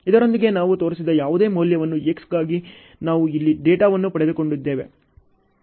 ಇದರೊಂದಿಗೆ ನಾವು ತೋರಿಸಿದ ಯಾವುದೇ ಮೌಲ್ಯವನ್ನು X ಗಾಗಿ ನಾವು ಇಲ್ಲಿ ಡೇಟಾವನ್ನು ಪಡೆದುಕೊಂಡಿದ್ದೇವೆ